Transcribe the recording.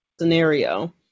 Scenario